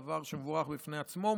דבר מבורך בפני עצמו,